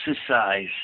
exercise